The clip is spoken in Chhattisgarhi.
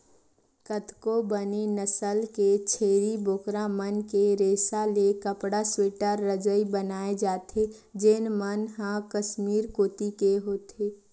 कतको बने नसल के छेरी बोकरा मन के रेसा ले कपड़ा, स्वेटर, रजई बनाए जाथे जेन मन ह कस्मीर कोती के होथे